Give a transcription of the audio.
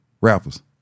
Rappers